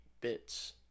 bits